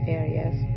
areas